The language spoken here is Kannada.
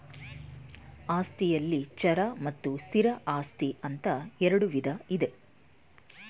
ಆಸ್ತಿಯಲ್ಲಿ ಚರ ಮತ್ತು ಸ್ಥಿರ ಆಸ್ತಿ ಅಂತ ಇರುಡು ವಿಧ ಇದೆ